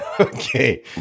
Okay